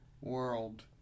world